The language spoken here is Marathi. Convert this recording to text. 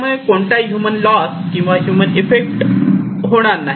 त्यामुळे कोणताही ह्यूमन लॉस किंवा ह्युमन इफेक्ट होणार नाही